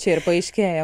čia ir paaiškėja